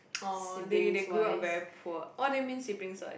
orh they they grew up very poor what do you mean siblings size